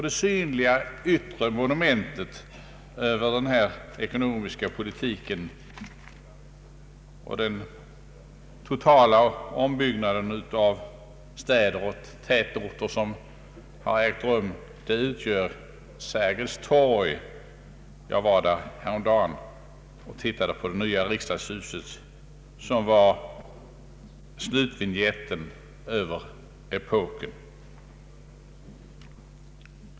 Det synliga yttre monumentet över den ekonomiska politiken och den totala ombyggnaden av städer och tätorter som har ägt rum utgör Sergels torg. Jag var där häromdagen och tittade på det nya riksdagshuset, som är slutvinjetten över epoken.